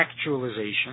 actualization